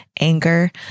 anger